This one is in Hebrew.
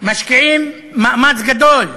משקיעים מאמץ גדול בו.